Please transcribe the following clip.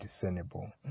discernible